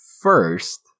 first